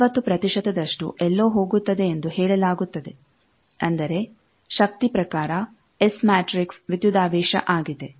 40 ಪ್ರತಿಶತದಷ್ಟು ಎಲ್ಲೋ ಹೋಗುತ್ತದೆಂದು ಹೇಳಲಾಗುತ್ತದೆ ಅಂದರೆ ಶಕ್ತಿ ಪ್ರಕಾರ ಎಸ್ ಮ್ಯಾಟ್ರಿಕ್ಸ್ ವಿದ್ಯುದಾವೇಶ ಆಗಿದೆ